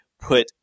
put